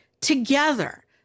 together